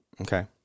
Okay